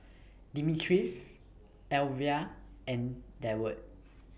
Demetrius Alyvia and Deward